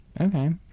Okay